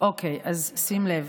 אוקיי, אז שים לב,